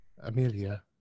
Amelia